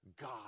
God